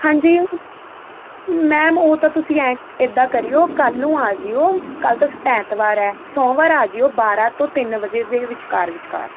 ਹਾਂਜੀ ਮੈਮ ਉਹ ਤਾਂ ਤੁਸੀਂ ਐਂ ਇਦਾਂ ਕਰਿਓ ਕੱਲ ਨੂੰ ਆ ਜਿਓ ਕੱਲ ਤਾਂ ਐਤਵਾਰ ਐ ਸੋਮਵਾਰ ਆ ਜਿਓ ਬਾਰਾਂ ਤੋਂ ਤਿੰਨ ਵਜੇ ਦੇ ਵਿਚਕਾਰ ਵਿਚਕਾਰ